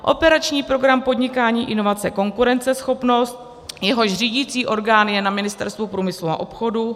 Operační program Podnikání, inovace, konkurenceschopnost, jehož řídicí orgán je na Ministerstvu průmyslu a obchodu;